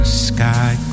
sky